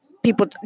people